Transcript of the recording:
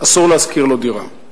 אסור להשכיר לו דירה.